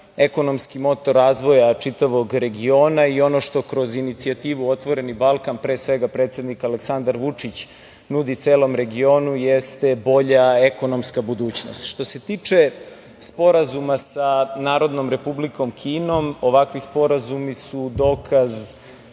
ekonomski motor razvoja čitavog regiona i ono što kroz inicijativu „Otvoreni Balkan“ pre svega predsednik Aleksandar Vučić nudi celom regionu jeste bolja ekonomska budućnost. Što se tiče Sporazuma sa Narodnom Republikom Kinom, ovakvi sporazumi su dokaz